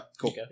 cool